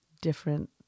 different